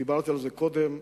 דיברתי על זה קודם,